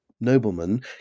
Noblemen